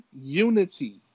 unity